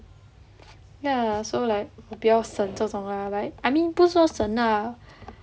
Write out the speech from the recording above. ya lah so like 我比较省这种 lah like I mean 不是说省 lah